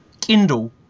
Kindle